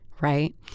Right